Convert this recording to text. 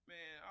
Man